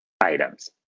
items